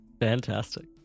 Fantastic